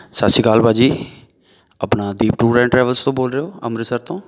ਸਤਿ ਸ਼੍ਰੀ ਅਕਾਲ ਭਾਅ ਜੀ ਆਪਣਾ ਦੀਪ ਟੂਰ ਐਂਡ ਟਰੈਵਲਸ ਤੋਂ ਬੋਲ ਰਹੇ ਹੋ ਅੰਮ੍ਰਿਤਸਰ ਤੋਂ